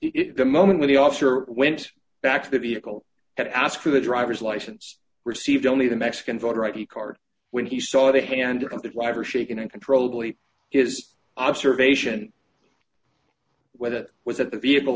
if the moment when the officer went back to the vehicle that asked for the driver's license received only the mexican voter i d card when he saw the hand of the driver shaking uncontrollably his observation whether it was that the vehicle